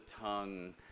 tongue